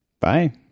Bye